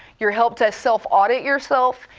you help to self-audit yourself,